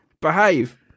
Behave